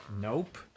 Nope